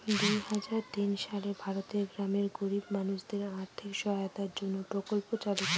দুই হাজার তিন সালে ভারতের গ্রামের গরিব মানুষদের আর্থিক সহায়তার জন্য প্রকল্প চালু করা হয়